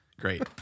Great